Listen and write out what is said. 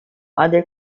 other